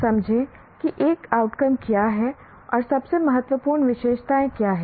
समझें कि एक आउटकम क्या है और सबसे महत्वपूर्ण विशेषताएं क्या हैं